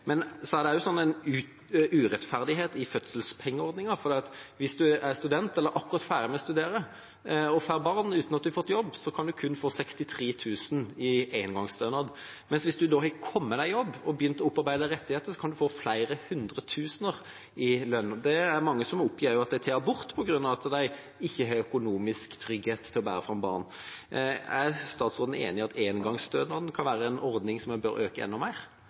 Men det er også en urettferdighet i fødselspengeordningen, for hvis en er student eller akkurat er ferdig med å studere og får barn uten å ha fått jobb, kan en kun få 63 000 kr i engangsstønad, mens hvis en har kommet i jobb og begynt å opparbeide seg rettigheter, kan en få flere hundretusener i lønn. Det er mange som oppgir at de tar abort på grunn av at de ikke har økonomisk trygghet til å bære fram barn. Er statsråden enig i at engangsstønaden kan være en ordning som en bør øke enda mer?